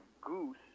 goose